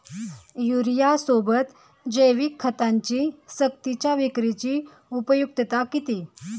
युरियासोबत जैविक खतांची सक्तीच्या विक्रीची उपयुक्तता किती?